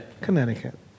Connecticut